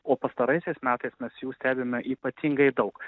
o pastaraisiais metais mes jų stebime ypatingai daug